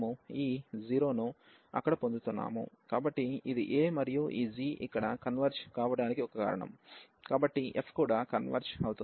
కాబట్టి ఇది a మరియు ఈ g ఇక్కడ కన్వెర్జ్ కావడానికి ఒక కారణం కాబట్టి f కూడా కన్వెర్జ్ అవుతుంది